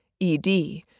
ED